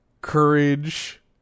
Courage